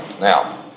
Now